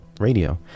Radio